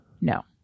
No